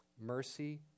Mercy